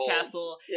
castle